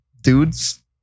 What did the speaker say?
dudes